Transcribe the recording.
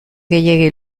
gehiegi